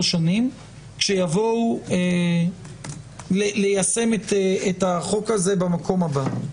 שנים כשיבואו ליישם את החוק הזה במקום הבא,